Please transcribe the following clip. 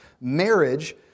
marriage